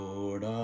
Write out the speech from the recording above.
Lord